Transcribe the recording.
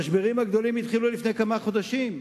המשברים הגדולים התחילו לפני כמה חודשים.